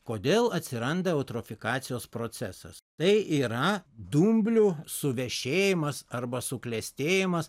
kodėl atsiranda eutrofikacijos procesas tai yra dumblių suvešėjimas arba suklestėjimas